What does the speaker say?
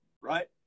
right